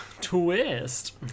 Twist